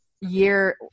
year